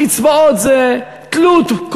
קצבאות זה תלות.